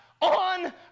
on